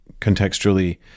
contextually